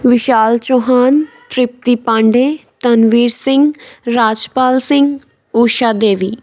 Vishal Chauhan Tripti Pandey Tanveer Singh Rajpal Singh Usha Devi